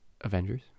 Avengers